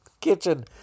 kitchen